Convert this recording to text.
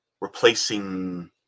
replacing